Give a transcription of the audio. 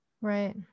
Right